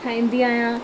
ठाहींदी आहियां